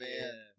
man